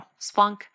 Splunk